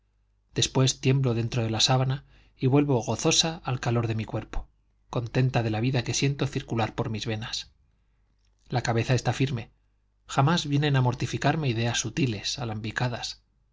después tiemblo dentro de la sábana y vuelvo gozosa al calor de mi cuerpo contenta de la vida que siento circular por mis venas la cabeza está firme jamás vienen a mortificarme ideas sutiles alambicadas